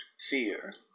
fear